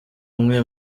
mwe